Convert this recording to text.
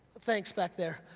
thanks back there,